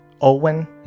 Owen